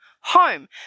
home